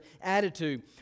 attitude